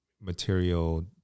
material